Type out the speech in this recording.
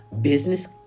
business